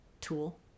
Tool